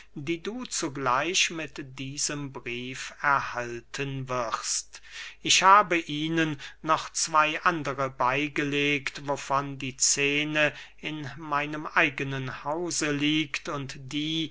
die du zugleich mit diesem brief erhalten wirst ich habe ihnen noch zwey andere beygelegt wovon die scene in meinem eigenen hause liegt und die